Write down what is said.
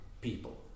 people